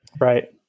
Right